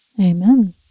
Amen